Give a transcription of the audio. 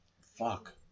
Fuck